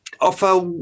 offer